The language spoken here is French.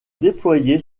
déployé